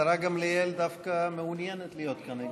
השרה גמליאל דווקא מעוניינת להיות כאן.